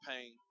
pain